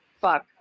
Fuck